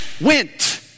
went